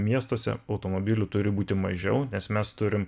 miestuose automobilių turi būti mažiau nes mes turim